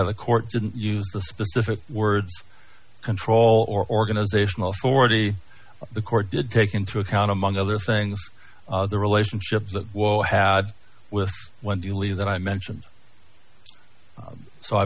the court didn't use the specific words control or organizational forty the court did take into account among other things the relationship that i had with when do you leave that i mentioned so i